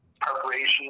Preparation